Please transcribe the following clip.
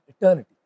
eternity